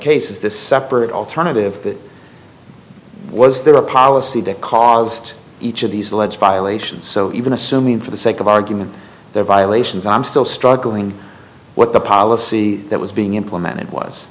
case is this separate alternative was there a policy that caused each of these alleged violations so even assuming for the sake of argument their violations i'm still struggling what the policy that was being implemented was